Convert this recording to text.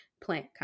plant